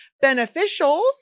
beneficial